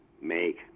make